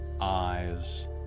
Eyes